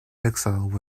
exile